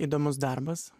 įdomus darbas